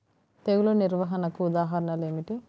తెగులు నిర్వహణకు ఉదాహరణలు ఏమిటి?